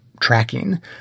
tracking